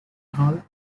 hall